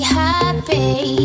happy